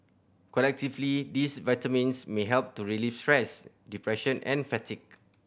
collectively these vitamins may help to relieve stress depression and fatigue